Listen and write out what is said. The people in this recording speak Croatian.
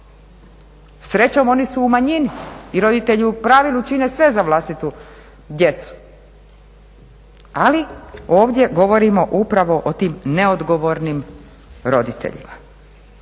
Srećom, oni su u manjini i roditelji u pravilu čine sve za vlastitu djecu, ali ovdje govorimo upravo o tim neodgovornim roditeljima.